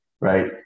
right